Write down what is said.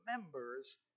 members